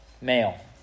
male